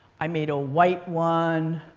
i made a white one.